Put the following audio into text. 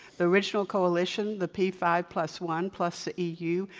the original coalition, the p five plus one plus e. u,